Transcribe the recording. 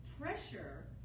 pressure